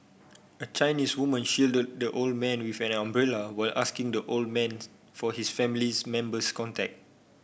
a Chinese woman shielded the old man with an umbrella while asking the old man for his family's member's contact